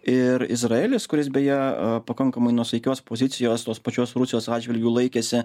ir izraelis kuris beje pakankamai nuosaikios pozicijos tos pačios rusijos atžvilgiu laikėsi